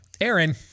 Aaron